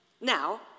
Now